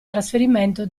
trasferimento